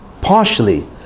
partially